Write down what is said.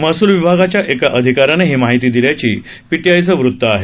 महसूल विभागाच्या एका अधिकाऱ्यानं ही माहिती दिल्याचं पीटीआयचं वृत्त आहे